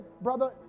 brother